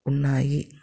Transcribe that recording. ఉన్నాయి